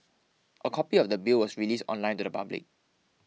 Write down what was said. a copy of the Bill was released online to the public